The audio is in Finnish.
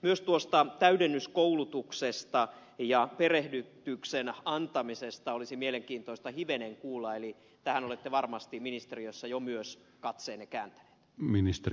myös tuosta täydennyskoulutuksesta ja perehdytyksen antamisesta olisi mielenkiintoista hivenen kuulla eli tähän olette varmasti ministeriössä jo myös katseenne kääntäneet